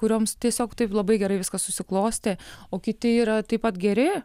kurioms tiesiog taip labai gerai viskas susiklostė o kiti yra taip pat geri